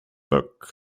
book